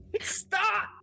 Stop